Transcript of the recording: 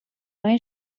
نوع